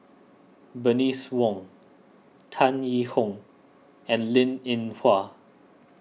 Bernice Wong Tan Yee Hong and Linn in Hua